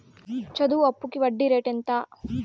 చదువు అప్పుకి వడ్డీ రేటు ఎంత?